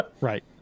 Right